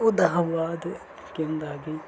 ओह्दे शा बाद केह् होंदा कि